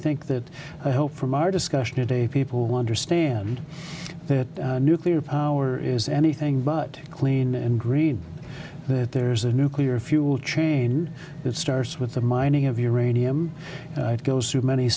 think that i hope from our discussion today people will understand that nuclear power is anything but clean and green that there's a nuclear fuel chain it starts with the mining of uranium it goes through many